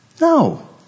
No